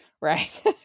Right